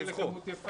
הם הגיעו לכמות יפה,